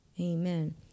Amen